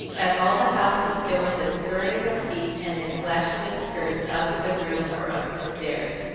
at all the houses there was a skurrying of feet and a flashing of skirts out of the room or up the stairs,